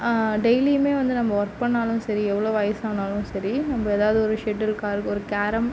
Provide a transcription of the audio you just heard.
டெய்லியும் வந்து நம்ம ஒர்க் பண்ணாலும் சரி எவ்வளோ வயசானாலும் சரி நம்ம ஏதாவது ஒரு ஷெட்டில் கார்க் ஒரு கேரம்